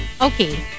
Okay